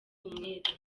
umwere